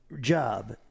job